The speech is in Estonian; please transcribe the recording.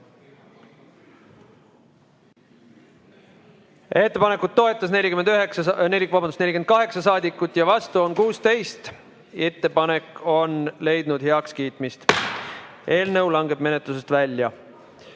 Ettepanekut toetas 48 saadikut ja vastu on 16. Ettepanek on leidnud heakskiitmist. Eelnõu langeb menetlusest välja.